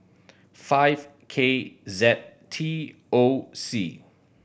five K Z T O C